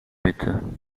bitte